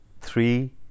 three